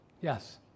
Yes